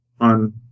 on